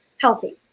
healthy